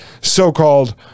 so-called